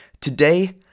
today